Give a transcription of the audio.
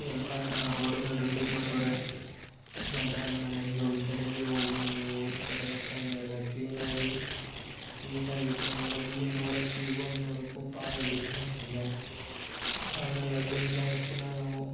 ಎಲ್ಲ ಥರ ರೋಡ್ಗಳು ರೆಡಿ ಮಾಡವರೆ ಅದು ಆದಮೇಲೆ ಈಗ ಒಂದು ಕಡೆಗೆ ಹೋಗು ಕೆರೆ ಹತ್ರ ಎಲ್ಲ ಕ್ಲೀನಾಗಿ ನೀಟಾಗಿದೆ ಮೊದಲು ನೋಡೋಕು ಇವಾಗ ನೋಡೋಕು ಭಾಳ ಡಿಫ್ರೆನ್ಸ್ ಇದೆ ಆಮೇಲೆ ಅಲ್ಲಿಂದ ಪುನಃ ನಾವು